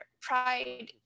pride